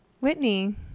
Whitney